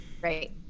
Great